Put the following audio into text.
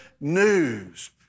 news